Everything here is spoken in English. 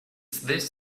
this